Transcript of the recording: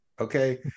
okay